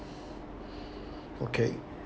okay